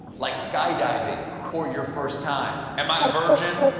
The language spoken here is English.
like skydiving or your first time. am i a virgin?